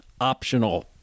optional